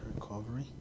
recovery